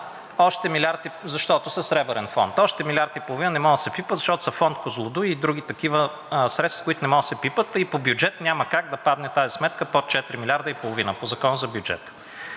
защото са Сребърен фонд. Още милиард и половина не могат да се пипат, защото са фонд „Козлодуй“ и други такива средства, които не могат да се пипат и по бюджет няма как да падне тази сметка под четири милиарда и половина по Закона за бюджета.